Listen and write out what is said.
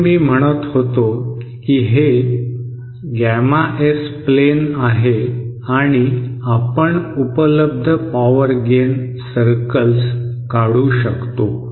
म्हणून मी म्हणत होतो की हे गॅमाएस प्लेन आहे आणि आपण उपलब्ध पॉवर गेन सर्कल्स काढू शकतो